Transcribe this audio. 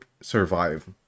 survive